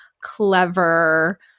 clever